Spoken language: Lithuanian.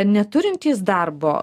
neturintys darbo